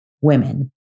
Women